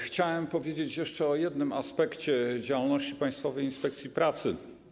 Chciałem powiedzieć o jeszcze jednym aspekcie działalności Państwowej Inspekcji Pracy.